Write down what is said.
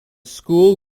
school